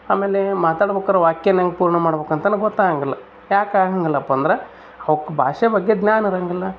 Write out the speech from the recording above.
ಆಮೇಲೇ ಮಾತಾಡ್ಬೋಕರೆ ವಾಕ್ಯ ಹೆಂಗ್ ಪೂರ್ಣ ಮಾಡ್ಬಕಂತ ಗೊತ್ತು ಆಗೋಂಗಿಲ್ಲ ಯಾಕೆ ಹಂಗೆಲೆಪ್ಪ ಅಂದ್ರೆ ಅವ್ಕೆ ಭಾಷೆ ಬಗ್ಗೆ ಜ್ಞಾನ ಇರೋಂಗಿಲ್ಲ